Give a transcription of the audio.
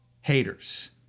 haters